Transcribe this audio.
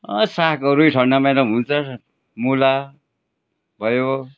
सागहरू ठण्डा महिनामा हुन्छ मुला भयो